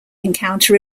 encounter